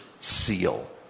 seal